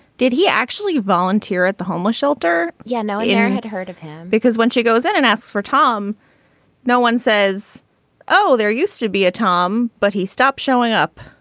did he actually volunteer at the homeless shelter. yeah no intern yeah had heard of him because when she goes in and asks for tom no one says oh there used to be a tom but he stopped showing up.